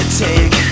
take